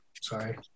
Sorry